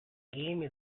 game